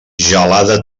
gelada